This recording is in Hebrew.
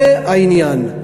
זה העניין.